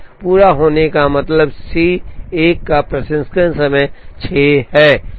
पूरा होने का समय C 1 का प्रसंस्करण समय 6 है